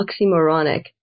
oxymoronic